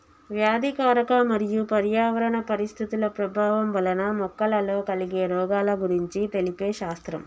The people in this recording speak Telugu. వ్యాధికారక మరియు పర్యావరణ పరిస్థితుల ప్రభావం వలన మొక్కలలో కలిగే రోగాల గురించి తెలిపే శాస్త్రం